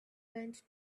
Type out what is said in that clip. went